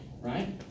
right